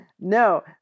No